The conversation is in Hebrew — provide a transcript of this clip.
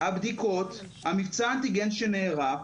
הבדיקות, מבצע האנטיגן שנערך,